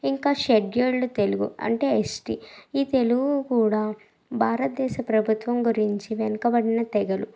ఇంక షెడ్యూల్డ్ తెలుగు అంటే ఎస్టీ ఈ తెలుగు కూడా భారతదేశ ప్రభుత్వం గురించి వెనకబడిన తెగలు